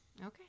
Okay